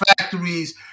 factories